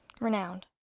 renowned